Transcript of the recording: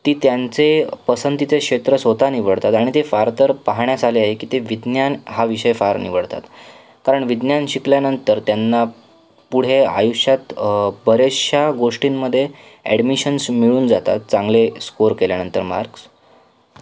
ती त्यांचे पसंतीचे क्षेत्र स्वतः निवडतात आणि ते फार तर पाहण्यास आले आहे की ते विज्ञान हा विषय फार निवडतात कारण विज्ञान शिकल्यानंतर त्यांना पुढे आयुष्यात बऱ्याचशा गोष्टींमध्ये ॲडमिशन्स मिळून जातात चांगले स्कोअर केल्यानंतर मार्क्स